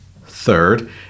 Third